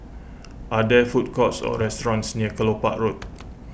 are there food courts or restaurants near Kelopak Road